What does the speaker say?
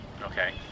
Okay